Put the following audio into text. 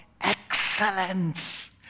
excellence